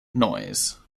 noise